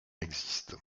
existe